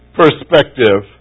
perspective